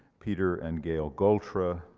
peter and gail goltra,